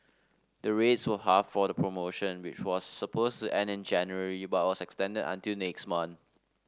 the rates were halved for the promotion which was supposed to end in January but was extended until next month